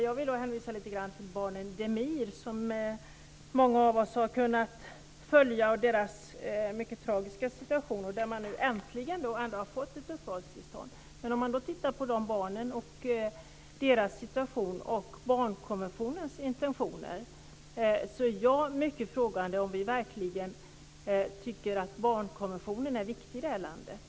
Jag vill hänvisa lite grann till barnen Demir, som många av oss kunnat följa, och deras mycket tragiska situation. Där har de nu äntligen fått ett uppehållstillstånd. Om jag tittar på de barnen och deras situation och barnkonventionens intentioner är jag mycket frågande inför om vi verkligen tycker att barnkonventionen är viktig i det här landet.